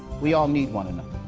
we all need one another.